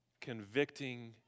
convicting